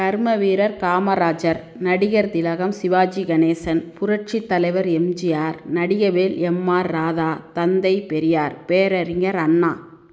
கர்மவீரர் காமராஜர் நடிகர் திலகம் சிவாஜி கணேசன் புரட்சி தலைவர் எம்ஜிஆர் நடிகவேள் எம்ஆர் ராதா தந்தை பெரியார் பேரறிஞர் அண்ணா